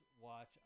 watch